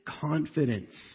confidence